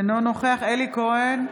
אינו נוכח אלי כהן,